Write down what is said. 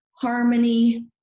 harmony